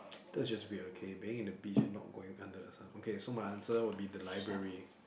that's just weird okay being in a beach and not going under the sun okay so my answer would be the library